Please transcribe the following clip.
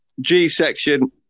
G-section